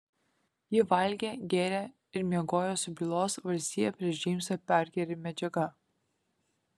ji valgė gėrė ir miegojo su bylos valstija prieš džeimsą parkerį medžiaga